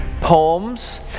poems